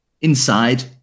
inside